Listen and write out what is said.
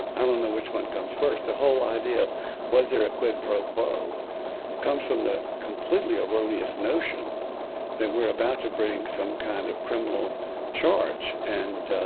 i don't know which one comes first. the whole idea of was there a quid pro quo comes from the completely erroneous notion that we're about to bring some kind of criminal charge and